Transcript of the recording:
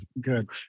Good